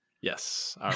Yes